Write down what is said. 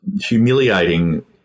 humiliating